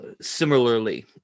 similarly